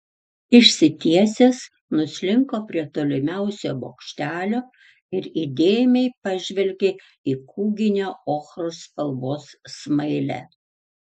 išsitiesęs nuslinko prie tolimiausio bokštelio ir įdėmiai pažvelgė į kūginę ochros spalvos smailę